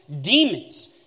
demons